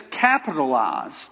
capitalized